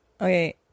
Okay